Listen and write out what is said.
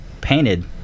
painted